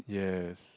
yes